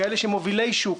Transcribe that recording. כאלה שהם מובילי שוק,